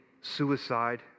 suicide